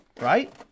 right